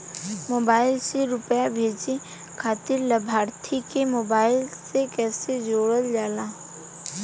Mobile से रूपया भेजे खातिर लाभार्थी के मोबाइल मे कईसे जोड़ल जाला?